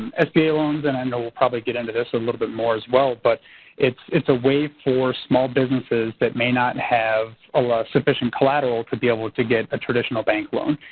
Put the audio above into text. sba loans and i know we'll probably get into this a little bit more as well. but it's it's a way for small businesses that may not have sufficient collateral to be able to get a traditional bank loan.